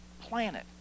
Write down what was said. planet